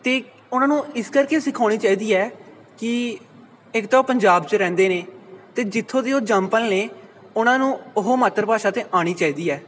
ਅਤੇ ਉਹਨਾਂ ਨੂੰ ਇਸ ਕਰਕੇ ਸਿਖਾਉਣੀ ਚਾਹੀਦੀ ਹੈ ਕਿ ਇੱਕ ਤਾਂ ਉਹ ਪੰਜਾਬ 'ਚ ਰਹਿੰਦੇ ਨੇ ਅਤੇ ਜਿੱਥੋਂ ਦੇ ਉਹ ਜੰਮ ਪਲ ਨੇ ਉਹਨਾਂ ਨੂੰ ਉਹ ਮਾਤਰ ਭਾਸ਼ਾ ਤਾਂ ਆਉਣੀ ਚਾਹੀਦੀ ਹੈ